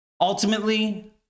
Ultimately